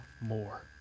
more